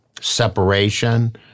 separation